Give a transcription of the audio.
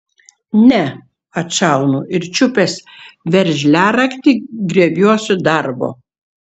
ne atšaunu ir čiupęs veržliaraktį griebiuosi darbo